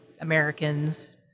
Americans